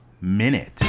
minute